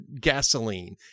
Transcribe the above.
gasoline